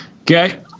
Okay